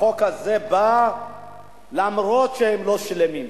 החוק הזה בא למרות שהם לא שלמים.